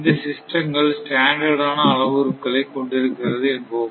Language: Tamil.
இந்த சிஸ்டங்கள் ஸ்டாண்டர்டு ஆன அளவுருக்களை கொண்டிருக்கிறது என்போம்